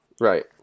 right